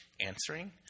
answering